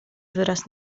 wyraz